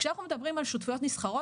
כשאנחנו מדברים על שותפויות נסחרות